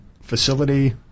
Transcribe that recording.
facility